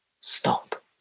stop